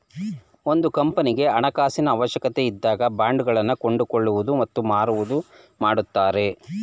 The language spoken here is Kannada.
ಒಂದು ಕಂಪನಿಗೆ ಹಣಕಾಸಿನ ಅವಶ್ಯಕತೆ ಇದ್ದಾಗ ಬಾಂಡ್ ಗಳನ್ನು ಕೊಂಡುಕೊಳ್ಳುವುದು ಮತ್ತು ಮಾರುವುದು ಮಾಡುತ್ತಾರೆ